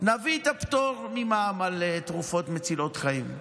נביא את הפטור ממע"מ על תרופות מצילות חיים.